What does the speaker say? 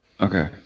Okay